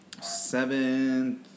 Seventh